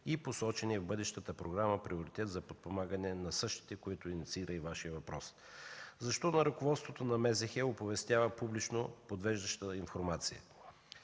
и посоченият в бъдещата програма приоритет за подпомагане на същите, който инициира и Вашият въпрос. Защо ръководството на МЗХ оповестява публично подвеждаща информация?